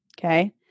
Okay